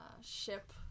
ship